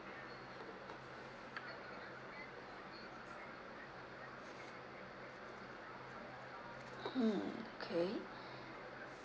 hmm okay